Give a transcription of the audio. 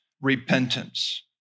repentance